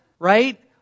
Right